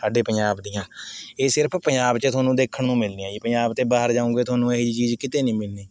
ਸਾਡੇ ਪੰਜਾਬ ਦੀਆਂ ਇਹ ਸਿਰਫ਼ ਪੰਜਾਬ 'ਚ ਏ ਤੁਹਾਨੂੰ ਦੇਖਣ ਨੂੰ ਮਿਲਨੀਆਂ ਜੀ ਪੰਜਾਬ ਤੋਂ ਬਾਹਰ ਜਾਊਂਗੇ ਤੁਹਾਨੂੰ ਇਹੇ ਜਿਹੀ ਚੀਜ਼ ਕਿਤੇ ਨਹੀਂ ਮਿਲਣੀ